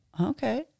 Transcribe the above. Okay